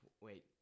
wait